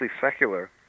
secular